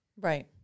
Right